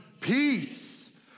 peace